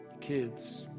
kids